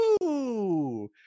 woo